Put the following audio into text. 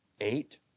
eight